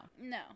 no